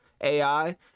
ai